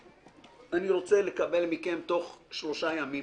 אני רוצה לקבל מכם תוך שלושה ימים